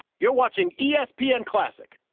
you're watching yeah espn classic.